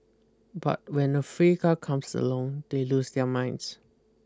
but when a free car comes along they lose their minds